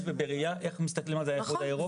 ובראיה איך מסתכלים על זה האיחוד האירופאי,